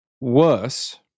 worse